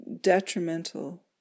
detrimental